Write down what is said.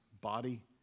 body